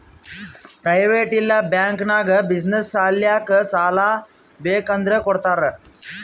private ಇಲ್ಲಾ bank ನಾಗ್ business ಸಲ್ಯಾಕ್ ಸಾಲಾ ಬೇಕ್ ಅಂದುರ್ ಕೊಡ್ತಾರ್